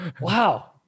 wow